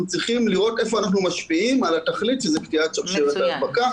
צריכים לראות היכן אנחנו משפיעים על התכלית שהיא קטיעת שרשרת ההדבקה.